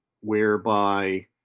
whereby